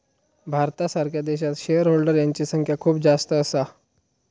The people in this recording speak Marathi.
भारतासारख्या देशात शेअर होल्डर यांची संख्या खूप जास्त असा